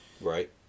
Right